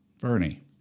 Bernie